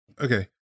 Okay